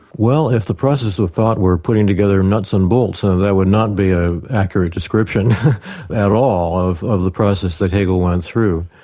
well if the process of thought were putting together nuts and bolts that would not be an ah accurate description at all of of the process that hegel went through,